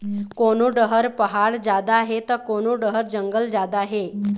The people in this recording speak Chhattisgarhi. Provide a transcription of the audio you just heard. कोनो डहर पहाड़ जादा हे त कोनो डहर जंगल जादा हे